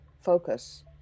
focus